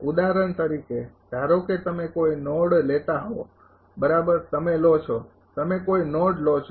ઉદાહરણ તરીકે ધારો કે તમે કોઈ નોડ લેતા હોવ બરાબર તમે લો છો તમે કોઈ નોડ લો છો